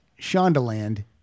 Shondaland